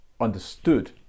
understood